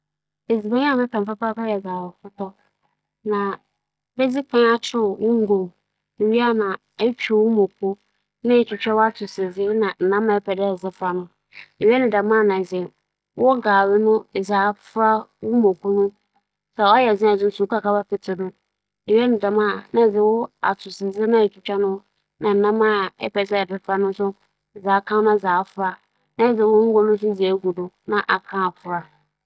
Edziban a m'enyi gye ho papaapa nye etsew na nkunuma frͻwee. Dɛm ntsi yɛrehyɛ ase wͻ etsew no do a, ibehia wo mbͻr mon na wo bankye mbͻr. Edze gu daadzesan mu a, edze nsu bogu mu na ahon ma afora yie. Ewia, edze nkyen bͻto mu na edze esi gya do na aka. ͻben a, nna etsitsi. Nkunuma frͻwee no so, ibehia nkunuma, ntorͻba nna nam, ngo na muoko na adze. Ibotwitwa wo ntorͻba na wo nkunuma ma edze esi gya do.